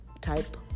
type